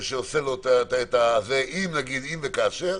אם וכאשר.